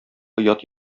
оят